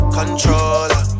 controller